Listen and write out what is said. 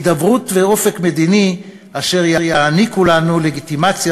הידברות ואופק מדיני אשר יעניקו לנו לגיטימציה